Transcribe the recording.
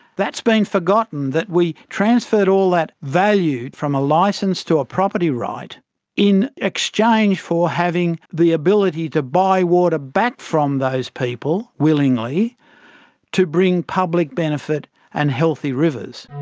that's been forgotten, that we transferred all that value from a licence to a property right in exchange for having the ability to buy water back from those people willingly to bring public benefit and healthy rivers.